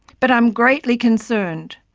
but i am greatly concerned.